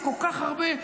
יש כל כך הרבה.